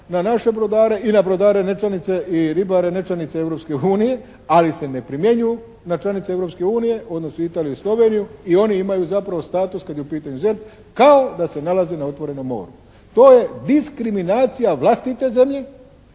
na naše brodare i na brodare nečlanice i ribare nečlanice Europske unije, ali se ne primjenjuju na članice Europske unije odnosno Italiju i Sloveniju i oni imaju zapravo status kada je u pitanju ZERP, kao da se nalaze na otvorenom moru. To je diskriminacija vlastite zemlje